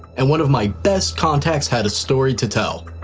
and one of my best contacts had a story to tell.